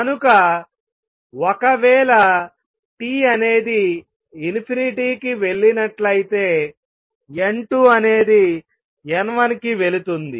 కనుక ఒకవేళ T అనేది కి వెళ్ళినట్లయితే N2 అనేది N1 కి వెళుతుంది